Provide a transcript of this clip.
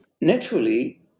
naturally